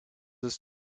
his